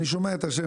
אני שומע את השם,